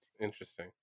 Interesting